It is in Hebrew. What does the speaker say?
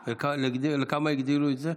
לכמה הגדילו את זה?